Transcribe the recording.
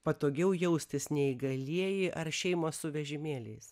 patogiau jaustis neįgalieji ar šeimos su vežimėliais